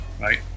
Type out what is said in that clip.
right